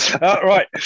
Right